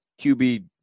qb